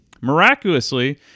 Miraculously